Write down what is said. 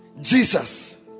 Jesus